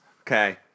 Okay